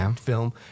film